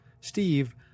Steve